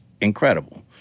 incredible